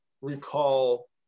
recall